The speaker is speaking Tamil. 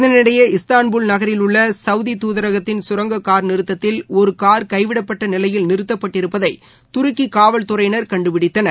இதனிடையே இஸ்தான்புல் நகரில் உள்ள சவுதி தூதரகத்தின் கரங்க கார் நிறுத்தத்தில் ஒரு கார் கைவிடப்பட்ட நிலையில் நிறுத்தப்பட்டிருப்பதை துருக்கி காவல் துறையினர் கண்டுபிடித்தனர்